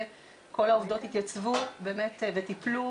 כל העובדות התייצבו וטיפלו